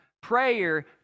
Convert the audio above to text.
Prayer